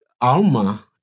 Alma